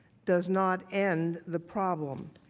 does not end the problem.